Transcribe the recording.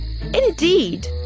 Indeed